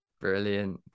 Brilliant